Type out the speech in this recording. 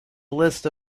list